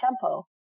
tempo